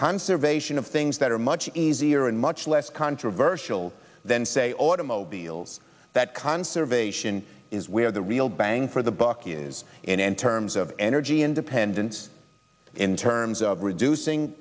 conservation of things that are much easier and much less controversial than say automobiles that conservation is where the real bang for the buck is in and terms of energy independence in terms of reducing